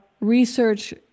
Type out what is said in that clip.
research